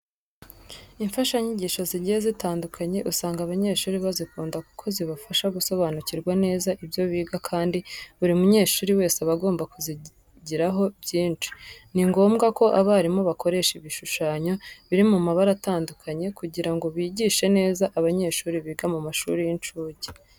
Imfashanyigisho zigiye zitandukanye usanga abanyeshuri bazikunda kuko zibafasha gusobanukirwa neza ibyo biga kandi buri munyeshuri wese aba agomba kuzigiraho byinshi. Ni ngombwa ko abarimu bakoresha ibishushanyo biri mu mabara atandukanye kugira ngo bigishe neza abanyeshuri biga mu mashuri y'incuke.